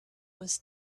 was